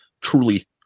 truly